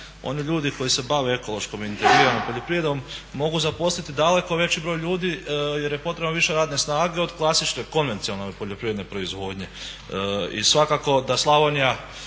oni ljudi koji se bave ekološkom i integriranom poljoprivredom mogu zaposliti daleko veći broj ljudi jer je potrebno više radne snage od klasične, konvencionalne poljoprivredne proizvodnje. I svakako da Slavonija